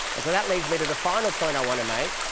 and so that leads me to the final point i want to make,